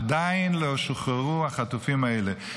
עדיין לא שוחררו החטופים האלה,